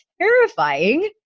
terrifying